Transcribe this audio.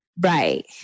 Right